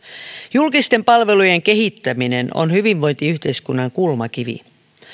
julkisten palvelujen kehittäminen on hyvinvointiyhteiskunnan kulmakivi